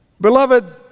Beloved